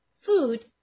food